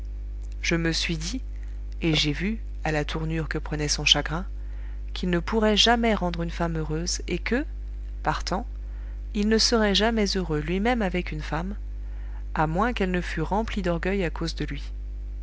je me suis dit et j'ai vu à la tournure que prenait son chagrin qu'il ne pourrait jamais rendre une femme heureuse et que partant il ne serait jamais heureux lui-même avec une femme à moins qu'elle ne fût remplie d'orgueil à cause de lui